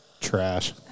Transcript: Trash